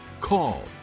call